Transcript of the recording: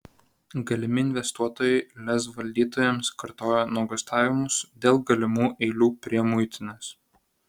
galimi investuotojai lez valdytojams kartojo nuogąstavimus dėl galimų eilių prie muitinės